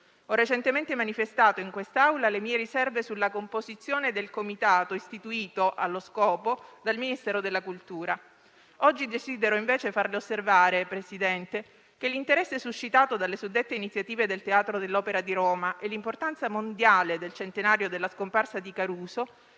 Ho recentemente manifestato in quest'Aula le mie riserve sulla composizione del comitato istituito allo scopo dal Ministero della cultura. Oggi desidero invece farle osservare, signora Presidente, che l'interesse suscitato dalle suddette iniziative del Teatro dell'Opera di Roma e l'importanza mondiale del centenario della scomparsa di Caruso